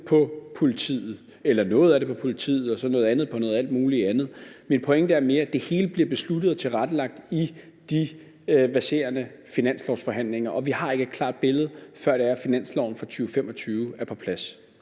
på politiet – eller noget af det på politiet og så noget andet på alt muligt andet. Min pointe er mere, at det hele bliver besluttet og tilrettelagt i de verserende finanslovsforhandlinger. Vi har ikke et klart billede, før det er, at finansloven for 2025 er på plads.